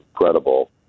incredible